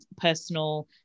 personal